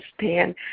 stand